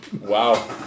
Wow